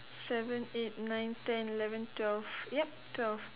seven eight nine ten eleven twelve yup twelve